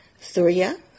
Surya